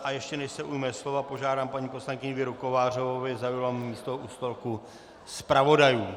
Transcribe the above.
A ještě než se ujme slova, požádám paní poslankyni Věru Kovářovou, aby zaujala místo u stolku zpravodajů.